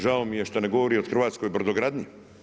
Žao mi je što ne govori o hrvatskoj brodogradnji.